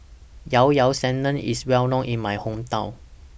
Llao Llao Sanum IS Well known in My Hometown